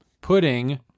Pudding